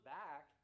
back